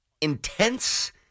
intense